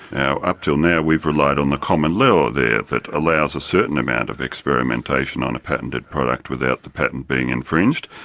now, up till now we've relied on the common law there that allows a certain amount of experimentation on a patented product without the patent being infringed,